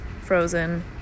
Frozen